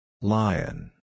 Lion